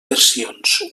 versions